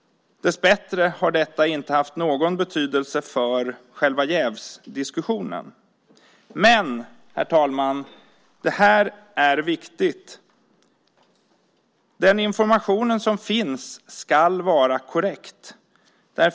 Dessbättre har detta inte haft någon betydelse för själva jävsdiskussionen. Men, herr talman, det här är viktigt. Den information som finns skall vara korrekt.